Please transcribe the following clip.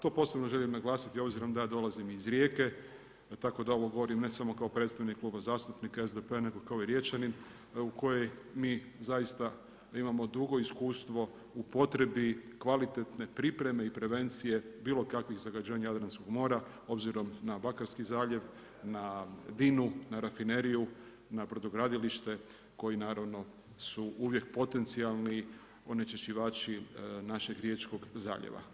To posebno želim naglasiti obzirom da ja dolazim iz Rijeke, tako da ovo govorim ne samo kao predstavnik Kluba zastupnika SDP-a nego kao i Riječanin u kojoj mi zaista imamo dugo iskustvo u potrebi kvalitetne pripreme i prevencije bilo kakvih zagađenja Jadranskog mora obzirom na Bakarski zaljev, na Dinu, na rafineriju, na brodogradilište koji naravno su uvijek potencijalni onečišćivači našeg Riječkog zaljeva.